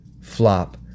flop